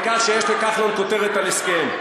העיקר שיש לכחלון כותרת על הסכם.